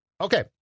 Okay